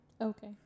Okay